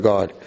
God